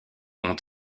ont